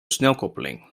snelkoppeling